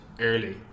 early